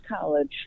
College